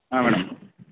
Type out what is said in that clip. ಹಾಂ ಮೇಡಮ್